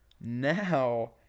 now